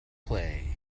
play